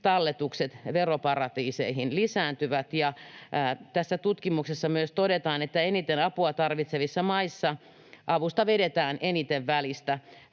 talletukset veroparatiiseihin lisääntyvät. Tässä tutkimuksessa myös todetaan, että eniten apua tarvitsevissa maissa avusta vedetään eniten välistä.